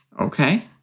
Okay